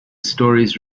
stories